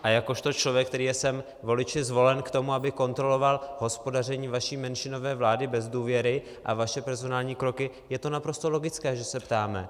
A jakožto člověk, který je sem voliči zvolen k tomu, aby kontroloval hospodaření vaší menšinové vlády bez důvěry a vaše personální kroky, je to naprosto logické, že se ptáme.